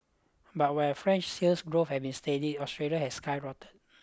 but where French sales growth have been steady Australia's has skyrocketed